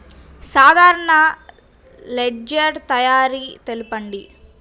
సాధారణ లెడ్జెర్ తయారి తెలుపండి?